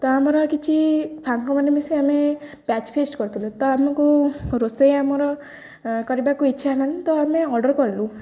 ତ ଆମର କିଛି ସାଙ୍ଗମାନେ ମିଶି ଆମେ ପ୍ୟାଚ୍ ଫେଷ୍ଟ କରିଥିଲୁ ତ ଆମକୁ ରୋଷେଇ ଆମର କରିବାକୁ ଇଚ୍ଛା ହେଲାନି ତ ଆମେ ଅର୍ଡର୍ କଲୁ